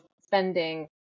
spending